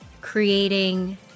creating